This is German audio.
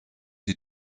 die